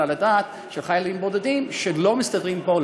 הדעת של חיילים בודדים שלא מסתדרים פה,